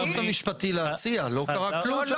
מותר לייעוץ המשפטי להציע, לא קרה כלום.